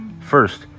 First